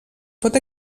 pot